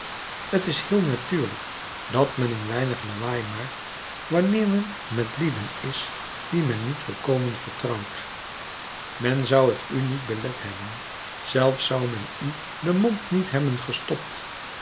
t is heel natuurlijk dat men een weinig lawaai maakt wanneer men met lieden is wie men niet volkomen vertrouwt men zou t u niet belet hebben zelfs zou men u den mond niet hebben gestopt